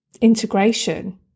integration